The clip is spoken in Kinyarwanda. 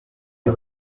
byo